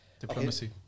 Diplomacy